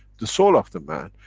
the soul of the man,